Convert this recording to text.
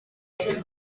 beth